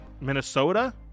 Minnesota